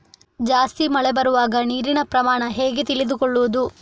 ಜಾಸ್ತಿ ಮಳೆ ಬರುವಾಗ ನೀರಿನ ಪ್ರಮಾಣ ಹೇಗೆ ತಿಳಿದುಕೊಳ್ಳುವುದು?